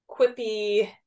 quippy